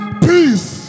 peace